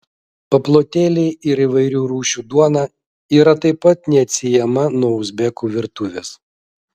paplotėliai ir įvairių rūšių duona yra taip pat neatsiejama nuo uzbekų virtuvės